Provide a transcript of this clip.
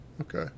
Okay